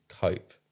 cope